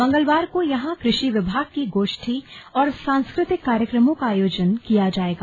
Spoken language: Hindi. मंगलवार को यहां कृषि विभाग की गोष्ठी और सांस्कृतिक कार्यक्रमों का आयोजन किया जाएगा